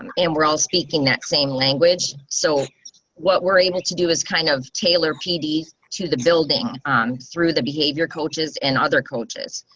um and we're all speaking, that same language. so what we're able to do is kind of tailor pd to the building through the behavior coaches and other coaches,